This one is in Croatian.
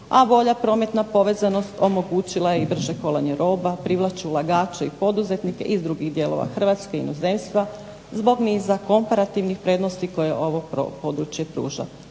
a bolja prometna povezanost omogućila je i brže kolanje roba, privlači ulagače i poduzetnike iz drugih dijelova Hrvatske, inozemstva zbog niza komparativnih prednosti koje ovo područje pruža.